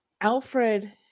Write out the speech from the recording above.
alfred